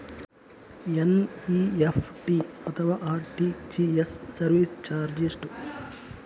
NEFT ಅಥವಾ RTGS service charge ಎಷ್ಟು?